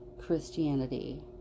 Christianity